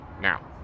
now